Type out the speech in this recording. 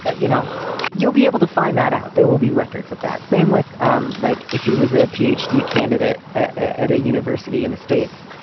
ah you know, you'll be able to find that out. there will be records of that. same with um like if he was a p. h. d. candidate at a university in the states.